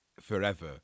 forever